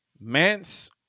Mance